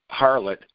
harlot